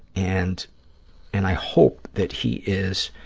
and and i hope that he is